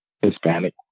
Hispanic